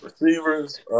receivers